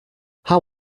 how